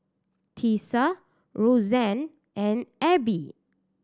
Tisa Roseann and Abbey